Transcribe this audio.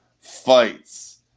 fights